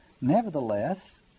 Nevertheless